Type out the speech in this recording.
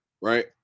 Right